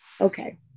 Okay